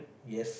yes